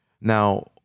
Now